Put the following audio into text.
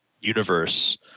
universe